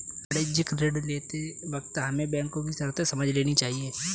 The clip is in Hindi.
वाणिज्यिक ऋण लेते वक्त हमें बैंको की शर्तें समझ लेनी चाहिए